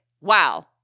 wow